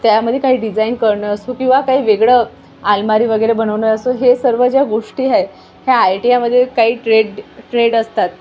त्यामध्ये काही डिझाईन करणं असो किंवा काही वेगळं आलमारी वगैरे बनवणं असो हे सर्व ज्या गोष्टी आहे ह्या आय टी आयमध्ये काही ट्रेड ट्रेड असतात